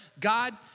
God